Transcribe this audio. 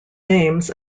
names